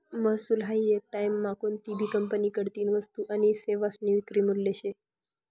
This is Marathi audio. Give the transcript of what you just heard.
महसूल हायी येक टाईममा कोनतीभी कंपनीकडतीन वस्तू आनी सेवासनी विक्री मूल्य शे